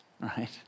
right